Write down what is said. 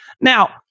Now